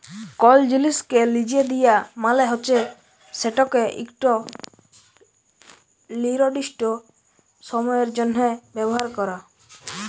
call জিলিসকে লিজে দিয়া মালে হছে সেটকে ইকট লিরদিস্ট সময়ের জ্যনহে ব্যাভার ক্যরা